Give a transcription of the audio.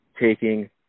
taking